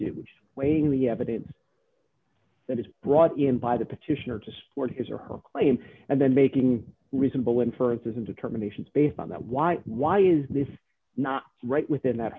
do which is waiting the evidence that is brought in by the petitioner to support his or her claim and then making reasonable inferences and determinations based on that why why is this not right within that